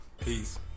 Peace